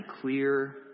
clear